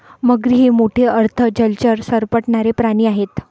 मगरी हे मोठे अर्ध जलचर सरपटणारे प्राणी आहेत